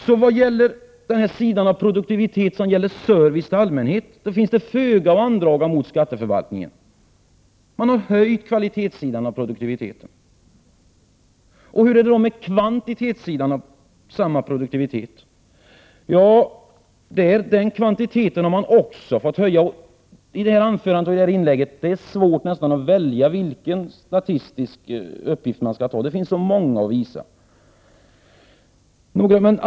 Såvitt gäller den sidan av produktiviteten som kallas service till allmänheten finns det föga att andraga mot skatteförvaltningen. Man har höjt kvalitetssidan av produktiviteten. Hur är det då med kvantitetssidan av samma produktivitet? Jo, också kvantiteten är hög. I det här anförandet är det svårt att välja vilken statistisk uppgift man skall redovisa — det finns så många.